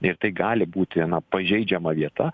ir tai gali būti na pažeidžiama vieta